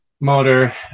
motor